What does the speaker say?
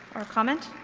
or comment?